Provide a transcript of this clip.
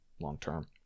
long-term